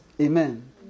Amen